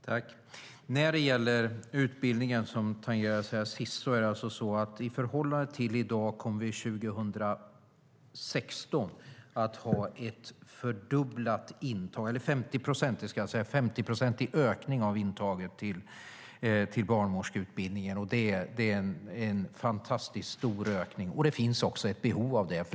Fru talman! När det gäller utbildning, som tangerades här, kommer vi i förhållande till hur det är i dag att till 2016 ha en 50-procentig ökning av intagning till barnmorskeutbildningen. Det är en fantastiskt stor ökning, och det finns behov av det.